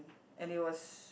and there was